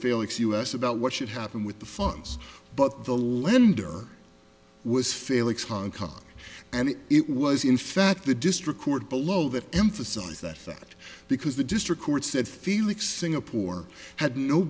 flix us about what should happen with the funds but the lender was flix hong kong and it was in fact the district court below that emphasize that because the district court said felix singapore had no